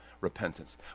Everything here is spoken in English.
repentance